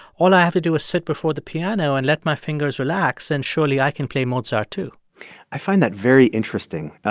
all i have to do is sit before the piano and let my fingers relax, and surely, i can play mozart, too i find that very interesting,